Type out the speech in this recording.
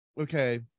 okay